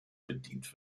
bedient